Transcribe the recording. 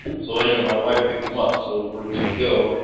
so anyway, my wife picked him up, so we are good to go.